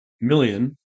million